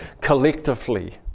collectively